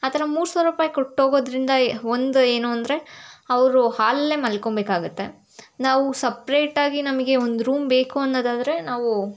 ಆ ಥರ ಮೂರು ಸಾವಿರ ರೂಪಾಯಿ ಕೊಟ್ಟೋಗೋದರಿಂದ ಒಂದು ಏನು ಅಂದರೆ ಅವರು ಹಾಲಲ್ಲೇ ಮಲ್ಕೋಬೇಕಾಗತ್ತೆ ನಾವು ಸಪ್ರೇಟಾಗಿ ನಮಗೆ ಒಂದು ರೂಮ್ ಬೇಕು ಅನ್ನೋದಾದರೆ ನಾವು